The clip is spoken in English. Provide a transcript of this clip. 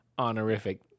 Honorific